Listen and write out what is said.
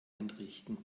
entrichten